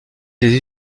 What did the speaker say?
des